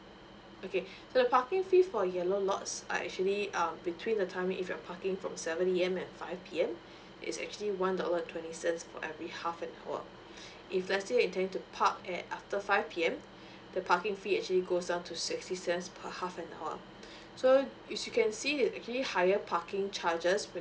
okay so the parking fee for yellow lots are actually um between the time if you're parking from seven A_M and five P_M it's actually one dollar and twenty cents for every half an hour if let's say you're intending to park at after five P_M the parking fees actually goes down to sixty cents per half an hour so as you can see it's actually higher parking charges